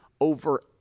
over